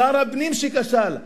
שר הפנים שכשל,